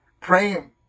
praying